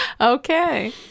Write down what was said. Okay